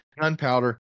gunpowder